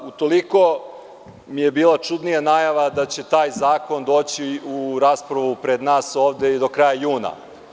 Utoliko mi je bila čudnija najava da će taj zakon doći u raspravu pred nas ovde i do kraja juna.